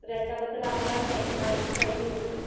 तर ह्याच्याबद्दल आम्हाला माहि माहिती पाहिजे होती